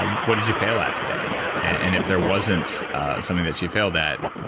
what did you fail at today and if there wasn't something that she failed at,